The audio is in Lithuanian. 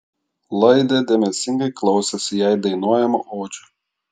laidė dėmesingai klausėsi jai dainuojamų odžių